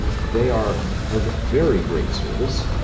they are of very great service,